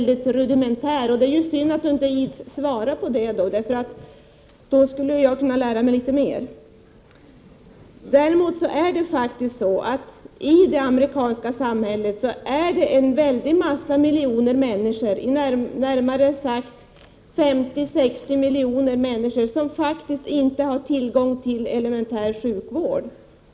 Då är det synd att han inte ids svara på min fråga, eftersom jag då skulle kunna lära mig litet mer. I det amerikanska samhället är det faktiskt så att många miljoner människor, närmare 50-60 miljoner människor, inte har tillgång till elementär sjukvård.